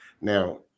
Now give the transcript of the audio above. now